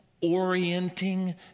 orienting